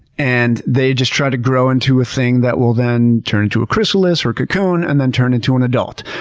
and they just try to grow into a thing that will then turn into a chrysalis, or a cocoon, and then turn into an adult.